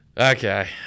Okay